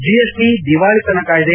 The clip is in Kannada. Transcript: ಜೆಎಸ್ಟ ದಿವಾಳಿತನ ಕಾಯ್ದೆ